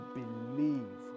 believe